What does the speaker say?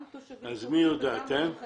גם תושבים חוזרים וגם עולים חדשים.